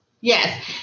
yes